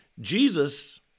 Jesus